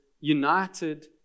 united